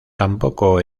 tampoco